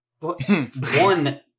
One